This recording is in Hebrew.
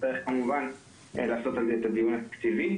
נצטרך כמובן לעשות על זה את הדיון התקציבי,